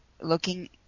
looking